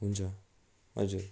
हुन्छ हजुर